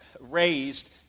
raised